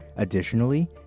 Additionally